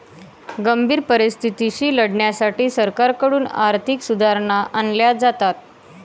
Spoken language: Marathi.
गंभीर परिस्थितीशी लढण्यासाठी सरकारकडून आर्थिक सुधारणा आणल्या जातात